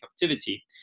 captivity